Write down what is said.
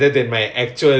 ya ya